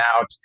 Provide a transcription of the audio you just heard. out